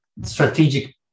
strategic